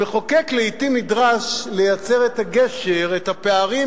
המחוקק לעתים נדרש לייצר את הגשר על הפערים,